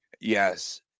Yes